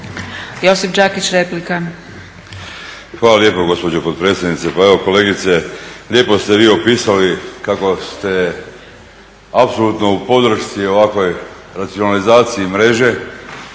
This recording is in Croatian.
Josip (HDZ)** Hvala lijepo gospođo potpredsjednice. Pa evo kolegice, lijepo ste vi opisali kako ste apsolutno u podršci ovakve racionalizacije mreže,